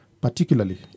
particularly